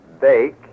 bake